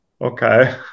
okay